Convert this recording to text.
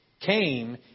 came